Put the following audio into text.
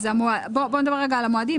בוא נדבר על המועדים.